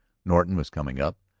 norton was coming up,